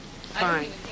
fine